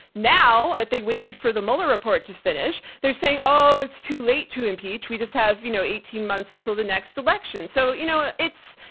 now that they waited for the mueller report to finish, they're saying, oh, it's too late to impeach. we just have, you know, eighteen months until the next election. so, you know, it's,